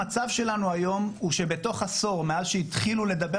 המצב שלנו היום הוא שבתוך עשור מאז שהתחילו לדבר